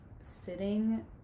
sitting